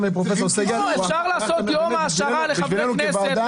אפשר לעשות יום העשרה לחברי כנסת,